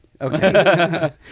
okay